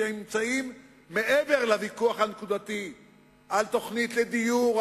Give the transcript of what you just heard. שנמצאים מעבר לוויכוח הנקודתי על תוכנית לדיור או